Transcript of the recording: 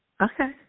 Okay